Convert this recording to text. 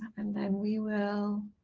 and then we will